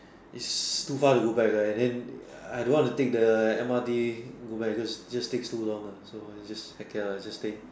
it's too far to go back there and then I don't want to take the M_R_T to go back because it just take too long uh so just heck care lah just stay